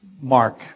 Mark